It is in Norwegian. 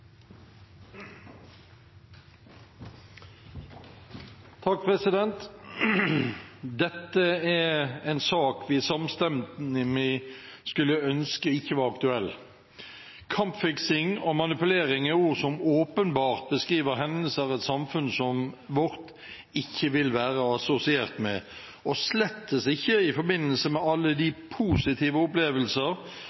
en sak vi samstemmig skulle ønske ikke var aktuell. Kampfiksing og manipulering er ord som åpenbart beskriver hendelser et samfunn som vårt ikke vil være assosiert med, og slettes ikke i forbindelse med alle de positive opplevelser,